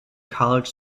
college